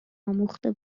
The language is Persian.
آموخته